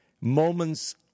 Moments